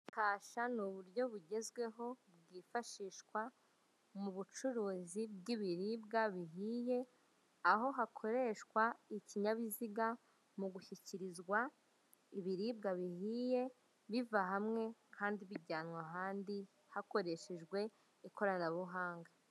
Kasha ni uburyo bugezweho bwifashishwa mu bucuruzi bw'ibiribwa bihiye, aho hakoreshwa ikinyabiziga mu gushyikirizwa ibiribwa bihiye biva hamwe kandi bijyanwa ahandi hakoreshejwe ikoranahunga.